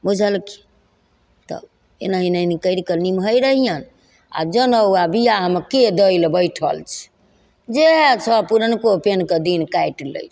बुझलखिन तऽ एनाहि एनाहि करिके निभै रहिअनि आओर जनउ आओर बिआहमे के दै ले बैठल छै जएह छै पुरनको पिन्हके दिन काटि लै रहिए